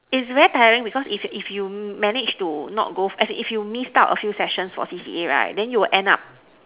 it's very tiring because if if you m~ manage to not go as in if you missed out a few sessions for C_C_A right then you'll end up